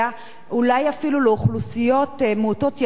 אולי אפילו לאוכלוסיות מעוטות יכולת,